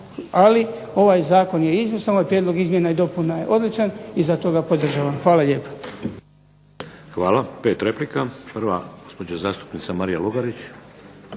Ali ovaj Zakon je izvrstan ovaj prijedlog izmjena i dopuna je odličan i zato ga podržavam. Hvala lijepa. **Šeks, Vladimir (HDZ)** Hvala. Pet replika. Prva gospođa zastupnica Marija Lugarić.